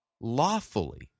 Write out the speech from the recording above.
lawfully